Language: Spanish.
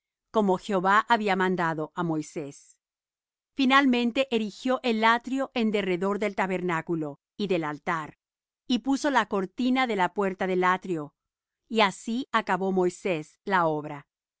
como jehová había mandado á moisés finalmente erigió el atrio en derredor del tabernáculo y del altar y puso la cortina de la puerta del atrio y así acabó moisés la obra